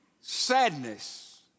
sadness